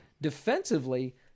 defensively